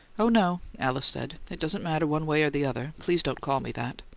oh, no, alice said. it doesn't matter one way or the other. please don't call me that.